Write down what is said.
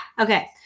Okay